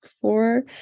four